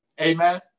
Amen